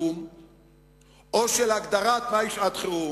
בואו נגיד לממשלה,